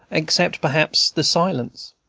except, perhaps, the silence.